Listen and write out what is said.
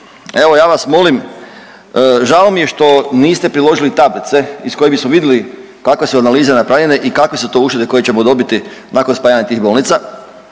evo ja vas molim, žao mi je što niste priložili tablice iz kojih bismo vidjeli kakve su analize napravljene i kakve su to uštede koje ćemo dobiti nakon spajanja tih bolnica,